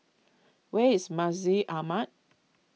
where is Masjid Ahmad